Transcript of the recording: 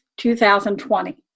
2020